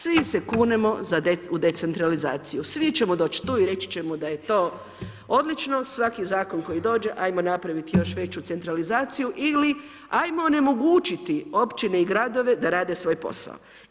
Svi se kunemo u decentralizaciju, svi ćemo doći tu i reći ćemo da je to odlično, svaki zakon koji dođe ajmo napraviti još veću centralizaciju ili ajmo onemogućiti općine i gradove da rade svoj posao.